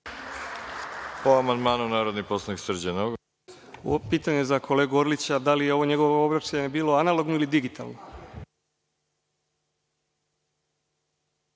Ovo je pitanje za kolegu Orlića, da li je ovo njegovo obraćanje bilo analogno ili digitalno.